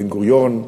בן-גוריון,